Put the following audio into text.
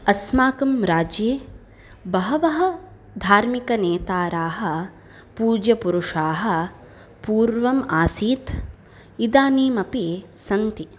अस्माकं राज्ये बहवः धार्मिकनेताराः पूज्यपुरुषाः पूर्वम् आसीत् इदानीमपि सन्ति